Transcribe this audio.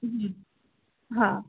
હમ હા